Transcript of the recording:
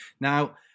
Now